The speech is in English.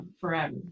forever